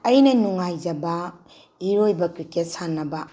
ꯑꯩꯅ ꯅꯨꯡꯉꯥꯏꯖꯕ ꯏꯔꯣꯏꯕ ꯀ꯭ꯔꯤꯛꯀꯦꯠ ꯁꯥꯟꯅꯕ